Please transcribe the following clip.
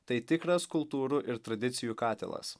tai tikras kultūrų ir tradicijų katilas